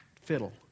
fiddle